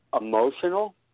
emotional